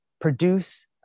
produce